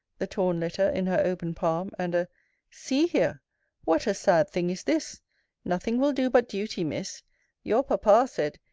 the torn letter in her open palm and a see here what a sad thing is this nothing will do but duty, miss your papa said,